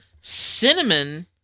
cinnamon